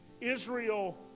Israel